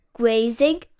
grazing